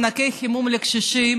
אני אטפל במענקי חימום לקשישים,